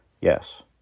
Yes